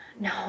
No